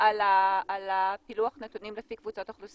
על פילוח נתונים לפי אוכלוסייה,